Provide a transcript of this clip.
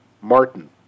Martin